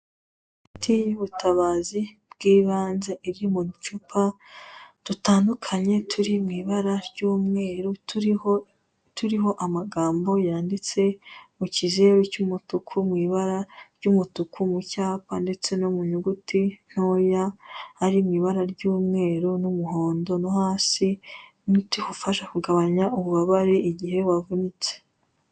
Imiti y'ubutabazi bw'ibanze, iri mu ducupa dutandukanye turi mw'ibara ry'umweru, turiho turiho amagambo yanditse mu kizeru cy'umutuku, mw'ibara ry'umutuku mu cyapa ndetse no mu nyuguti ntoya, hari mu ibara ry'umweru n'umuhondo no hasi, umuti ufasha kugabanya ububabare igihe wavunitse.